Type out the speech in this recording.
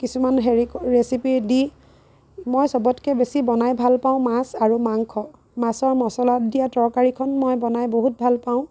কিছুমান হেৰি কৰি ৰেচিপি দি মই সবতকে বেছি বনাই ভাল পাওঁ মাছ আৰু মাংস মাছৰ মছলাত দিয়া তৰকাৰীখন মই বনাই বহুত ভাল পাওঁ